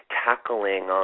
tackling